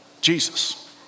Jesus